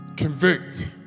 Convict